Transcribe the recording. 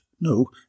No